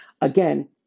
again